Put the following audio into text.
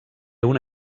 una